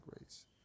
race